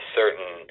certain